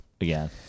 again